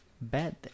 bad